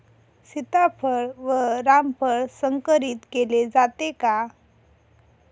सीताफळ व रामफळ संकरित केले जाते का?